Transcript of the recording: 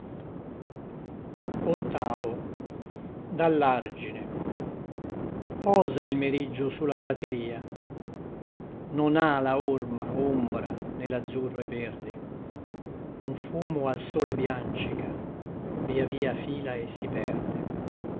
lontano dallargine posa il meriggio su la prateria non ala orma ombra nellazzurro e verde un fumo al sole biancica via via fila e si perde